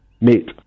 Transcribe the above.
mate